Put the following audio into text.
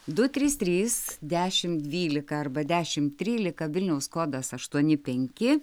du trys trys dešimt dvylika arba dešimt trylika vilniaus kodas aštuoni penki